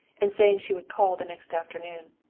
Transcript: and saying she would call the next afternoon.